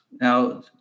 Now